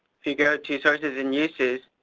if you go to sources and uses,